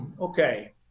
okay